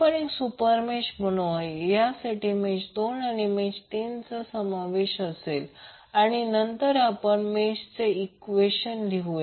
आपण एक सुपेरमेश बनवूया यामध्ये मेष 2 आणि 3 यांचा समावेश असेल आणि नंतर आपण मेषचे ईक्वेशन लिहूया